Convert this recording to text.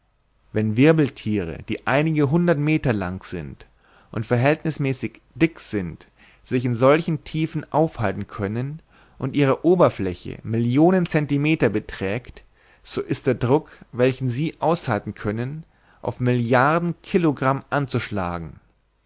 wenn wirbelthiere die einige hundert meter lang und verhältnißmäßig dick sind sich in solchen tiefen aufhalten können und ihre oberfläche millionen centimeter beträgt so ist der druck welchen sie aushalten können auf milliarden kilogramm anzuschlagen